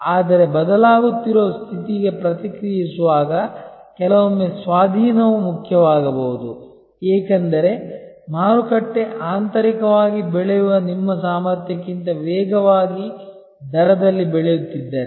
ಆದರೆ ಬದಲಾಗುತ್ತಿರುವ ಸ್ಥಿತಿಗೆ ಪ್ರತಿಕ್ರಿಯಿಸುವಾಗ ಕೆಲವೊಮ್ಮೆ ಸ್ವಾಧೀನವು ಮುಖ್ಯವಾಗಬಹುದು ಏಕೆಂದರೆ ಮಾರುಕಟ್ಟೆ ಆಂತರಿಕವಾಗಿ ಬೆಳೆಯುವ ನಿಮ್ಮ ಸಾಮರ್ಥ್ಯಕ್ಕಿಂತ ವೇಗವಾಗಿ ದರದಲ್ಲಿ ಬೆಳೆಯುತ್ತಿದ್ದರೆ